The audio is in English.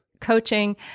coaching